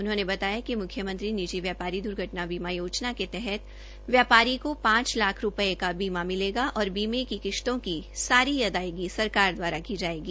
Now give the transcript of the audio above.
उन्होने बताया कि मुख्यमंत्री निजी दुर्घटना बीमा योजना के तहत व्यापारी को पांच लाख का बीमा मिलेगा और बीमे की किश्तों की सारी अदायगी सरकार द्वारा की जायेगी